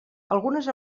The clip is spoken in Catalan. algunes